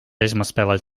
esmaspäeval